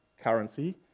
currency